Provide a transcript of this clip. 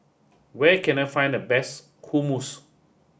where can I find the best Hummus